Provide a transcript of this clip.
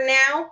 now